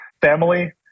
family